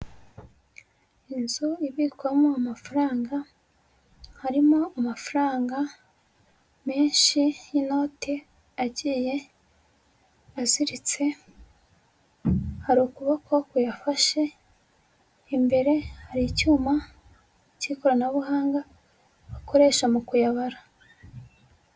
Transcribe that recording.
Inzu ibikwamo amafaranga, harimo amafaranga menshi y'inote agiye aziritse, hari ukuboko kuyafashe, imbere hari icyuma cy'ikoranabuhanga bakoresha mu kuyabara.